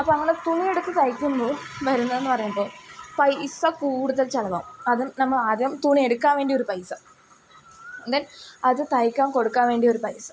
അപ്പം അങ്ങനെ തുണിയെടുത്ത് തയ്ക്കുമ്പോൾ വരുന്നതെന്ന് പറയുമ്പോൾ പൈസ കൂടുതൽ ചിലവാകും അതും നമ്മൾ ആദ്യം തുണിയെടുക്കാൻ വേണ്ടി ഒരു പൈസ ദെൻ അതു തയ്ക്കാൻ കൊടുക്കാൻ വേണ്ടി ഒരു പൈസ